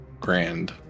grand